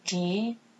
okay